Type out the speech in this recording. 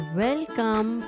welcome